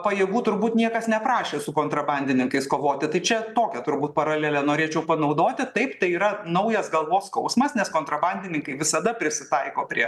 pajėgų turbūt niekas neprašė su kontrabandininkais kovoti tai čia tokią turbūt paralelę norėčiau panaudoti taip tai yra naujas galvos skausmas nes kontrabandininkai visada prisitaiko prie